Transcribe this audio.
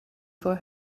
for